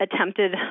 attempted